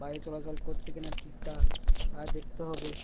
বায়ু চলাচল করছে কিনা ঠিকঠাক তা দেখতে হবে